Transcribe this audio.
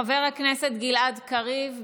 חבר הכנסת גלעד קריב,